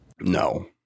No